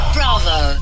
Bravo